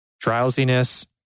drowsiness